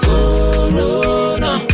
Corona